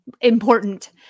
important